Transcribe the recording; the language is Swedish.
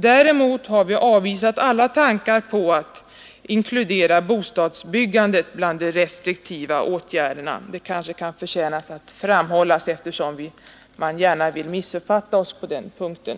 Däremot har vi avvisat alla tankar på att inkludera bostadsbyggandet bland de restriktiva åtgärderna — det kanske kan förtjäna framhållas, eftersom man gärna vill missuppfatta oss på den punkten.